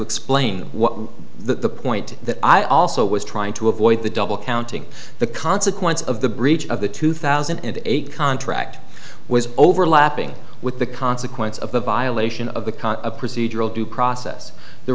explain what the point that i also was trying to avoid the double counting the consequence of the breach of the two thousand and eight contract was overlapping with the consequence of the violation of the con a procedural due process the